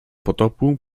potopu